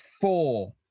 four